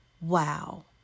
Wow